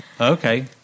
Okay